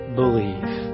believe